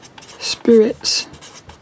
spirits